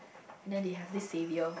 and then they have this saviour